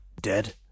dead